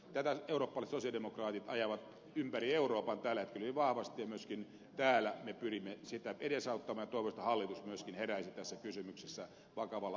tätä eurooppalaiset sosialidemokraatit ajavat ympäri euroopan tällä hetkellä hyvin vahvasti ja myöskin täällä me pyrimme sitä edesauttamaan ja toivoisin että hallitus myöskin heräisi tässä kysymyksessä vakavalla aloitteella aivan niin kuin ed